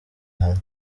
hamwe